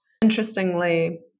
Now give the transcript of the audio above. Interestingly